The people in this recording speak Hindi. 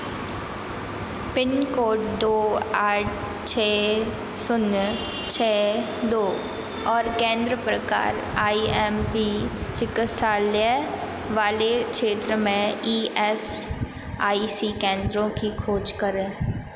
पिन कोड दो आठ छः शून्य छः दो और केंद्र प्रकार आई एम पी चिकित्सालय वाले क्षेत्र में ई एस आई सी केंद्रों की खोज करें